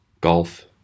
golf